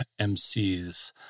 MCs